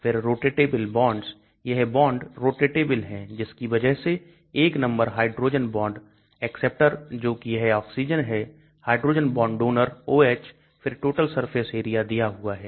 फिर rotatable bonds यह bond rotatable है जिसकी वजह से 1 नंबर हाइड्रोजन बॉन्ड एक्सेप्टर जो कि यह ऑक्सीजन है हाइड्रोजन बॉन्ड डोनर OH फिर total surface area दिया हुआ है